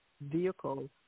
vehicle